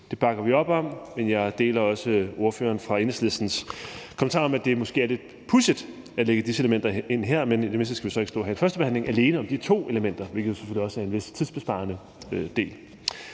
det bakker vi op om, men jeg deler også ordføreren fra Enhedslistens kommentar om, at det måske er lidt pudsigt at lægge disse elementer ind her. Men i det mindste skal vi så ikke stå her i førstebehandlingen og tale alene om de to elementer, hvilket der selvfølgelig også er noget tidsbesparende i.